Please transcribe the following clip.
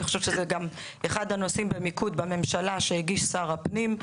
אני חושבת שזה גם אחד הנושאים במיקוד בממשלה שהגיש שר הפנים,